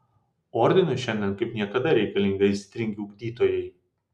ordinui šiandien kaip niekada reikalingi aistringi ugdytojai